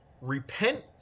Repent